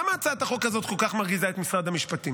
למה הצעת החוק הזו כל כך מרגיזה את משרד המשפטים?